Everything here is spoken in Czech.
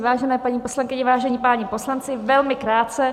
Vážené paní poslankyně, vážení páni poslanci, velmi krátce.